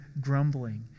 grumbling